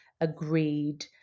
agreed